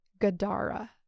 Gadara